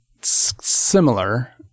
similar